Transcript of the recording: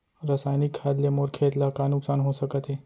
रसायनिक खाद ले मोर खेत ला का नुकसान हो सकत हे?